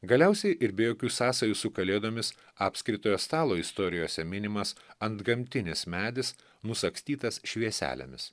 galiausiai ir be jokių sąsajų su kalėdomis apskritojo stalo istorijose minimas antgamtinis medis nusagstytas švieselėmis